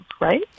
right